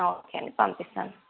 okay అండి పంపిస్తాను